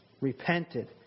repented